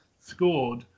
scored